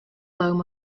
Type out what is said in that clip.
loam